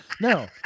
No